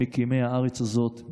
ממקימי הארץ הזאת,